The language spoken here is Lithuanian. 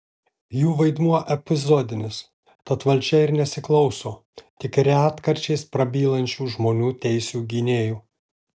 jų vaidmuo epizodinis tad valdžia ir nesiklauso tik retkarčiais prabylančių žmonių teisių gynėjų